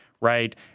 right